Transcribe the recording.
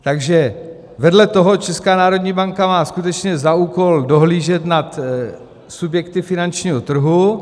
Takže vedle toho Česká národní banka má skutečně za úkol dohlížet nad subjekty finančního trhu.